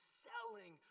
selling